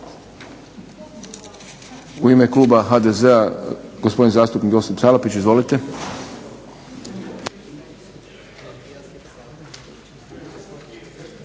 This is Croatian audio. U ime kluba HDZ-a gospodin zastupnik Josip Salapić. Izvolite.